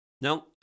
Now